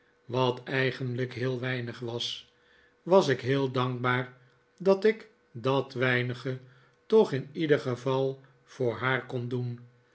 was was ik heel dankbaar dat ik dat weinige toch in ieder geval voor haar kon doen